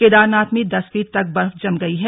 केदारनाथ में दस फीट तक बर्फ जम गई है